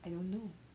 I don't know